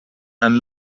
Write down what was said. and